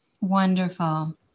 Wonderful